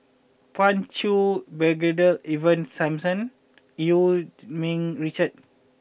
Pan Cheng Brigadier Ivan Simson Eu Yee Ming Richard